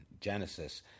Genesis